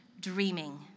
dreaming